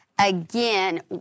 again